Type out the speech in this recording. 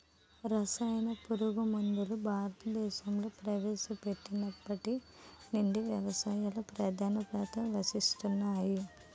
రసాయన పురుగుమందులు భారతదేశంలో ప్రవేశపెట్టినప్పటి నుండి వ్యవసాయంలో ప్రధాన పాత్ర వహిస్తున్నాయి